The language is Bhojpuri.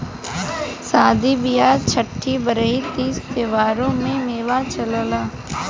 सादी बिआह छट्ठी बरही तीज त्योहारों में मेवा चलला